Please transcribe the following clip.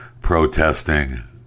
protesting